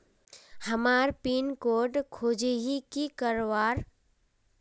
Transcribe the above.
हमार pin code खोजोही की करवार?